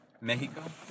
Mexico